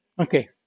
okay